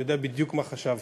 אני יודע בדיוק מה חשבנו.